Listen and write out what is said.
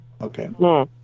Okay